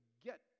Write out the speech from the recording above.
get